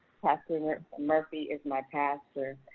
pastor murphy is my pastor.